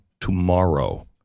tomorrow